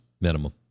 minimum